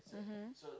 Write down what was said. mmhmm